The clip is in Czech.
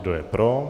Kdo je pro?